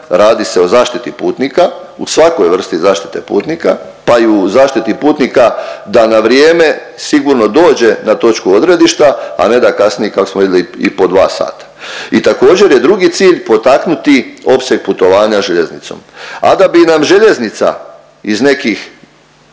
radi se o zaštiti putnika, u svakoj vrsti zaštite putnika pa i u zaštiti putnika da na vrijeme sigurno dođe na točku odredišta a ne da kasni kako smo vidjeli i po dva sata. I također je drugi cilj potaknuti opseg putovanja željeznicom. A da bi nam željeznica iz nekih